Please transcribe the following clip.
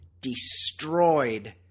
destroyed